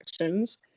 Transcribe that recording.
actions